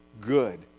good